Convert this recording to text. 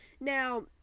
Now